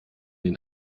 den